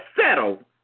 settle